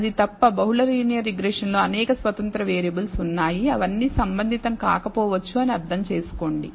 అది తప్ప బహుళ లీనియర్ రిగ్రెషన్ లో అనేక స్వతంత్ర వేరియబుల్ ఉన్నాయి అవన్నీ సంబంధితం కాకపోవచ్చు అని అర్థం చేసుకోండి